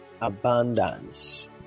abundance